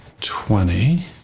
twenty